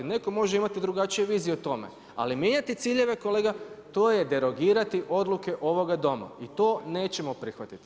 Netko može imati drugačije vizije o tome, ali mijenjati ciljeve kolega to je derogirati odluke ovoga Doma i to nećemo prihvatiti.